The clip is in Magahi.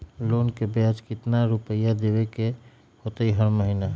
लोन के ब्याज कितना रुपैया देबे के होतइ हर महिना?